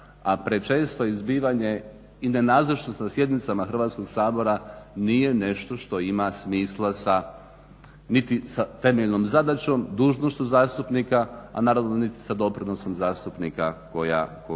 a prečesto izbivanje i nenazočnost na sjednicama Hrvatskog sabora nije nešto što ima smisla niti sa temeljnom zadaćom, dužnošću zastupnika, a naravno niti sa doprinosom zastupnika koju